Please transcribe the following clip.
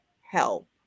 help